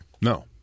No